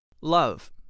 Love